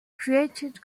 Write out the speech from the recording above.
created